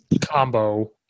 combo